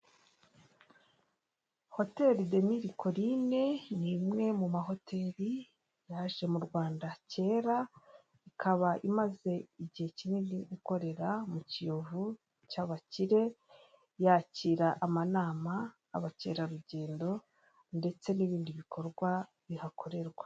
Hoteri demiri korine n'imwe mu mahoteri yaje mu Rwanda kera ikaba imaze igihe kinini ikorera mu kiyovu cy'abakire yakira amanama abakerarugendo ndetse n'ibindi bikorwa bihakorerwa.